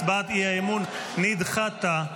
הצבעת האי-אמון נדחתה.